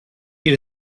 eat